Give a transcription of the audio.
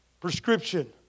prescription